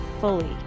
fully